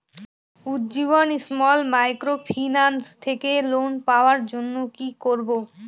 Ujjivan small microfinance থেকে loan পাওয়ার জন্য কি করব?